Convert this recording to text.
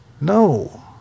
No